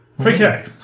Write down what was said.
Okay